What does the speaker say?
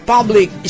Public